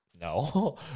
No